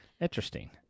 Interesting